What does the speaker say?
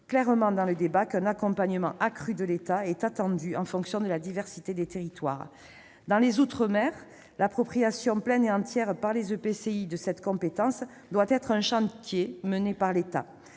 clairement apparu dans le débat qu'un accompagnement accru de l'État est attendu en fonction de la diversité des territoires. Dans les outre-mer, l'appropriation pleine et entière par les EPCI de cette compétence doit être un chantier mené par l'État.